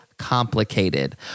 complicated